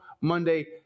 Monday